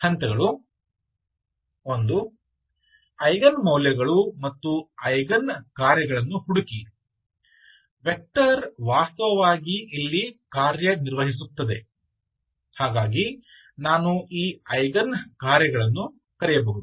ಹಂತಗಳು ಐಗನ್ ಮೌಲ್ಯಗಳು ಮತ್ತು ಐಗನ್ ಕಾರ್ಯಗಳನ್ನು ಹುಡುಕಿ ವೆಕ್ಟರ್ ವಾಸ್ತವವಾಗಿ ಇಲ್ಲಿ ಕಾರ್ಯನಿರ್ವಹಿಸುತ್ತದೆ ಹಾಗಾಗಿ ನಾನು ಈ ಐಗನ್ ಕಾರ್ಯಗಳನ್ನು ಕರೆಯಬಹುದು